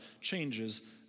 changes